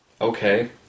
Okay